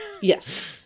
yes